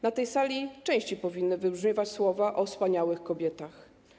Na tej sali częściej powinny wybrzmiewać słowa o wspaniałych kobietach.